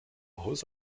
aus